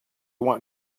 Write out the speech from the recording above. want